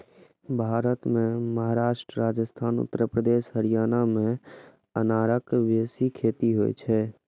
भारत मे महाराष्ट्र, राजस्थान, उत्तर प्रदेश, हरियाणा मे अनारक बेसी खेती होइ छै